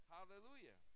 Hallelujah